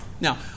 Now